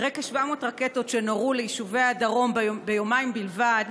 אחרי כ-700 רקטות שנורו ליישובי הדרום ביומיים בלבד,